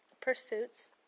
pursuits